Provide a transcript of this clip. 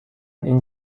این